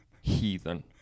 heathen